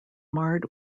marred